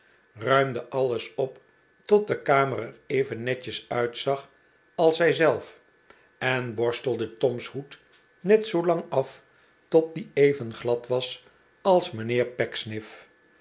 ruimde alles op tot de kamer er even netjes uitzag als zij zelf en borstelde tom's hoed net zoolang af tot die even glad was als mijnheer